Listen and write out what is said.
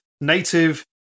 Native